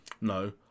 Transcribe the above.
No